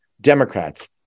Democrats